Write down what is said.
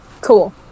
Cool